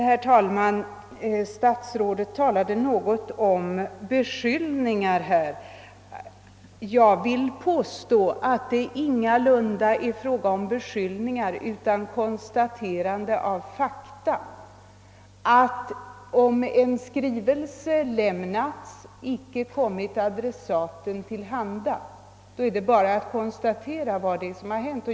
Herr talman! Statsrådet talade något om beskyllningar. Jag vill påstå att det ingalunda är fråga om beskyllningar utan om ett konstaterande av fakta. Om en skrivelse har lämnats men icke kommit adressaten till handa, är det bara att konstatera vad som hänt.